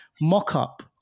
mock-up